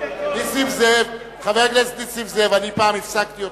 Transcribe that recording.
נסים זאב, פעם הפסקתי אותך?